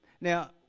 Now